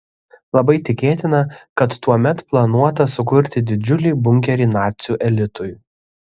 labai tikėtina kad tuomet planuota sukurti didžiulį bunkerį nacių elitui